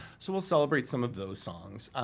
so we'll celebrate some of those songs.